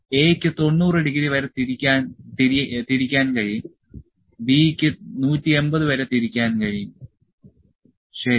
A ക്ക് 90 degree വരെ തിരിക്കാൻ കഴിയും B ക്ക് 180 വരെ തിരിക്കാൻ കഴിയും ശരി